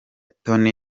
tony